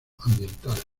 ambiental